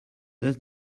does